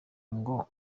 ngo